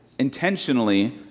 intentionally